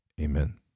Amen